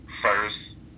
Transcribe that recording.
First